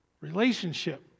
Relationship